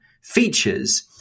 features